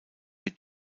mit